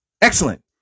excellent